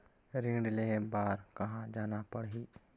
ऋण लेहे बार कहा जाना पड़ही?